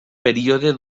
període